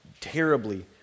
terribly